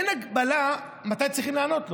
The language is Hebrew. אין הגבלה מתי צריך לענות לו.